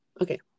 okay